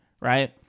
right